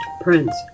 Prince